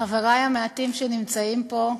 חברי המעטים שנמצאים פה,